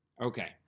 Okay